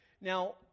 Now